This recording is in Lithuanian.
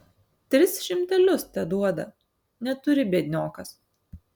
tris šimtelius teduoda neturi biedniokas